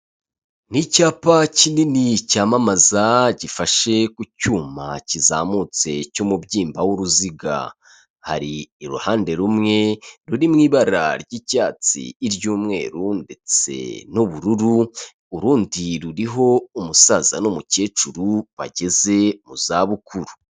Ni icyapa kinini cyamamaza, gifashe ku cyuma kizamutse cy'umubyimba w'uruziga, hari iruhande rumwe ruri mu ibara ry'icyatsi, iry'umweru ndetse n'ubururu, urundi ruriho umusaza n'umukecuru bageze mu za bukuru.